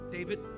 David